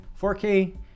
4K